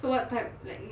so what type like net~